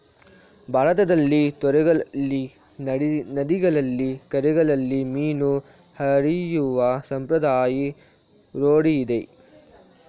ಭಾರತದಲ್ಲಿ ತೊರೆಗಳಲ್ಲಿ, ನದಿಗಳಲ್ಲಿ, ಕೆರೆಗಳಲ್ಲಿ ಮೀನು ಹಿಡಿಯುವ ಸಂಪ್ರದಾಯ ರೂಢಿಯಿದೆ